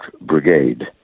Brigade